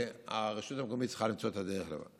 הרשות המקומית צריכה למצוא את הדרך לבד.